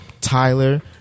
Tyler